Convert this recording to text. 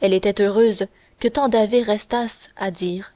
elle était heureuse que tant d'ave restassent à dire